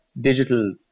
digital